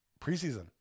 preseason